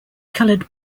coloured